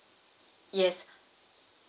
yes